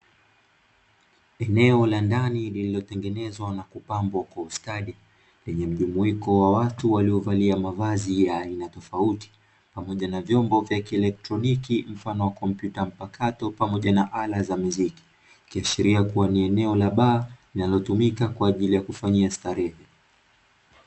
Eneo la ndani lililotengenezwa na kupambwa kwa ustadi, lenye mjumuiko wa watu waliovalia mavazi ya aina tofauti pamoja na vyombo vya kielektroniki mfano wa kompyuta mpakato pamoja na ala za miziki. Ikiashiria kuwa ni eneo la baa linalotumika kwaajili ya kufanyia starehe.